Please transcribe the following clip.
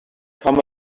come